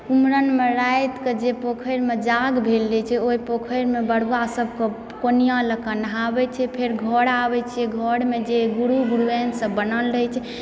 कुमरनमे राति कऽ जे पोखरिमे जाग भेल रहै छै ओहि पोखरिमे बरुआ सबके कोनिया लऽ कऽ नहाबै छै फेर घर आबै छियै घरमे जे गुरू गुरूयानि सब बनल रहै छै